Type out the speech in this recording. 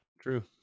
True